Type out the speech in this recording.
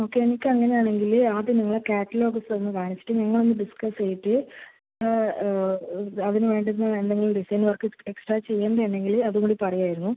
okay എനിക്കങ്ങനാണെങ്കിൽ ആദ്യം നിങ്ങളുടെ ക്യാറ്റലോഗ്സ് ഒന്ന് കാണിച്ചിട്ട് ഞങ്ങളൊന്ന് ഡിസ്കസ് ചെയ്തിട്ട് ആ അതിനു വേണ്ടുന്നതെന്തെങ്കിലും ഡിസൈൻ വർക്ക് എക്സ്ട്രാ ചെയ്യേണ്ടണ്ടിണ്ടങ്കിൽ അതുംകൂടി പറയാമായിരുന്നു